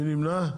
מי נמנע?